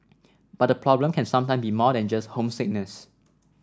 but the problem can sometime be more than just homesickness